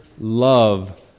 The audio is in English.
love